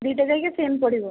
ଦୁଇଟା ଯାକ ସିମ୍ ପଡ଼ିବ